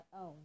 own